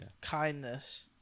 kindness